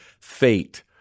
fate